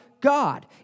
God